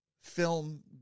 film